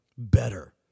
better